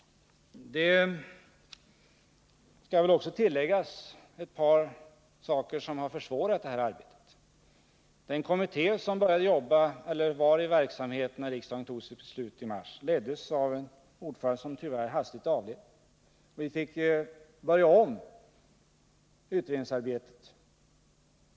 Det skall väl också tilläggas att ett par saker har försvårat det här arbetet. Den kommitté som var i verksamhet när riksdagen tog sitt beslut under våren leddes av en ordförande som tyvärr hastigt avled, och vi fick börja om utredningsarbetet.